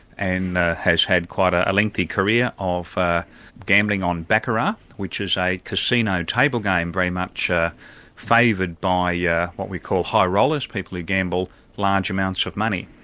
and has had quite ah a lengthy career of ah gambling on baccarat, which is a casino table game very much ah favoured by yeah what we call high rollers, people who gamble large amounts of money.